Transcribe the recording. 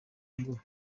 ngo